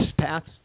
paths